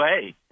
hey